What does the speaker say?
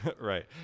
Right